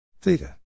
Theta